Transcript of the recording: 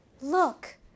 Look